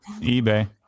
eBay